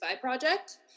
project